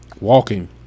Walking